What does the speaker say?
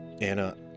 Anna